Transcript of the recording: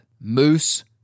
moose